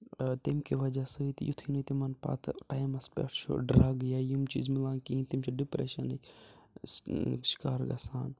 تمہِ کہِ وجہ سۭتۍ یُِتھُے نہٕ تِمن پَتہٕ ٹایمَس پٮ۪ٹھ چھُ ڈرٛگ یا یِم چیٖز مِلان کِہیٖنۍ تِم چھِ ڈِپریشَنٕکۍ شِکار گژھان